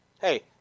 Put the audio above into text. Hey